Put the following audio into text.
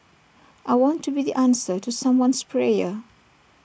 I want to be the answer to someone's prayer